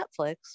Netflix